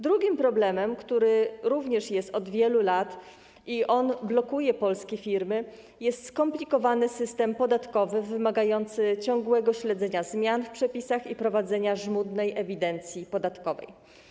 Drugim problemem, który również występuje od wielu lat, sprawą, która blokuje polskie firmy, jest skomplikowany system podatkowy wymagający ciągłego śledzenia zmian w przepisach i prowadzenia żmudnej ewidencji podatkowej.